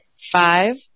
five